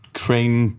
crane